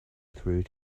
through